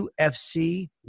ufc